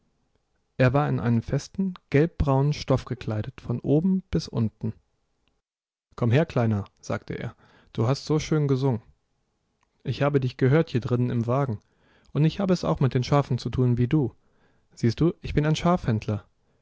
er war in einen festen gelb braunen stoff gekleidet von oben bis unten komm her kleiner sagte er du hast so schön gesungen ich habe dich gehört hier drinnen im wagen und ich habe es auch mit den schafen zu tun wie du siehst du ich bin ein